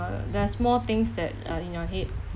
there's more things that uh in your head